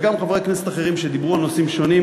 וגם לחברי הכנסת אחרים שדיברו על נושאים שונים,